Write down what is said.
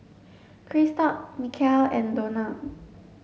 Christop Micheal and Donald